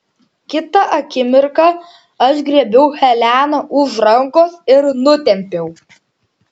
kitą akimirką aš griebiau heleną už rankos ir nutempiau